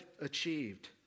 achieved